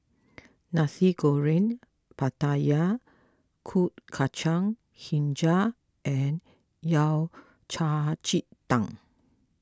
Nasi Goreng Pattaya Kuih Kacang HiJau and Yao Cai Ji Tang